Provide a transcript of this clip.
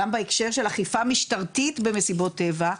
גם בהקשר של אכיפה משטרתית במסיבות טבע,